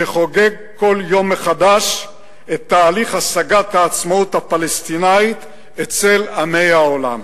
שחוגג כל יום מחדש את תהליך השגת העצמאות הפלסטינית אצל עמי העולם.